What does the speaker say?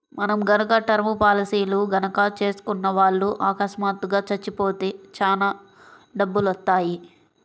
మనం గనక టర్మ్ పాలసీలు గనక చేసుకున్న వాళ్ళు అకస్మాత్తుగా చచ్చిపోతే చానా డబ్బులొత్తయ్యి